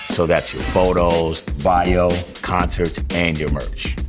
so that's your photos, bio, concerts, and your merch.